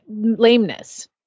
lameness